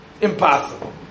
Impossible